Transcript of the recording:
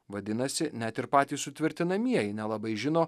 vadinasi net ir patys sutvirtinamieji nelabai žino